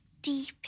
deep